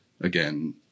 again